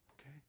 Okay